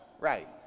right